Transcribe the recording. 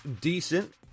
decent